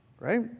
right